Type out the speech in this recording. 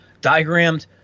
diagrammed